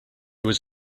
was